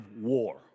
war